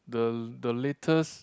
the the latest